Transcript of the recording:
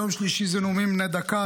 יום שלישי זה נאומים בני דקה,